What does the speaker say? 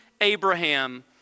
Abraham